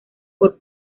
por